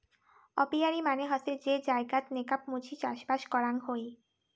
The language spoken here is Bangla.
অপিয়ারী মানে হসে যে জায়গাত নেকাব মুচি চাষবাস করাং হই